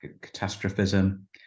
catastrophism